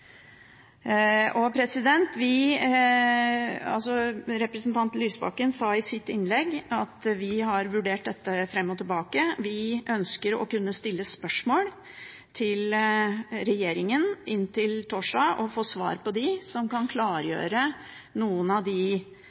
Representanten Lysbakken sa i sitt innlegg at vi har vurdert dette fram og tilbake. Vi ønsker å kunne stille spørsmål til regjeringen fram til torsdag og få svar som kan klargjøre noen av de